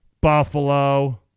Buffalo